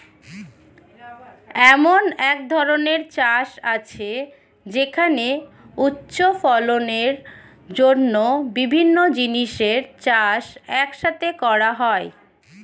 এমন এক ধরনের চাষ আছে যেখানে উচ্চ ফলনের জন্য বিভিন্ন জিনিসের চাষ এক সাথে করা হয়